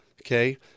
okay